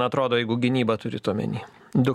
atrodo jeigu gynybą turit omeny du